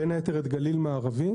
בין היתר את גליל מערבי,